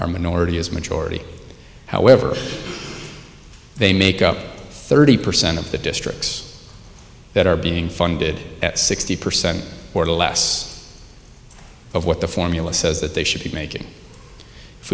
are minority is majority however they make up thirty percent of the districts that are being funded at sixty percent or less of what the formula says that they should be making if